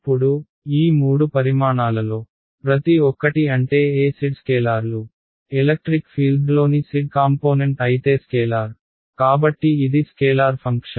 ఇప్పుడు ఈ మూడు పరిమాణాలలో ప్రతి ఒక్కటి అంటే Ez స్కేలర్లు ఎలక్ట్రిక్ ఫీల్డ్లోని z కాంపోనెంట్ అయితే స్కేలార్ కాబట్టి ఇది స్కేలార్ ఫంక్షన్